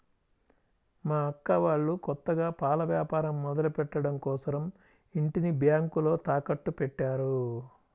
మా అక్క వాళ్ళు కొత్తగా పాల వ్యాపారం మొదలుపెట్టడం కోసరం ఇంటిని బ్యేంకులో తాకట్టుపెట్టారు